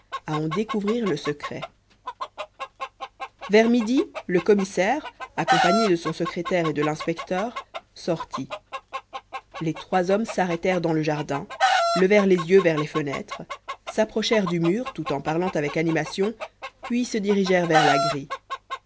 à en découvrir le secret vers midi le commissaire accompagné de son secrétaire et de l'inspecteur sortit les trois hommes s'arrêtèrent dans le jardin levèrent les yeux vers les fenêtres s'approchèrent du mur tout en parlant avec animation puis se dirigèrent vers la grille